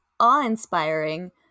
awe-inspiring